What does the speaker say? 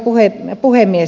arvoisa puhemies